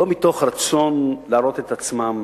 לא מתוך רצון להראות את עצמם,